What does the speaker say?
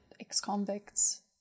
ex-convicts